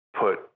put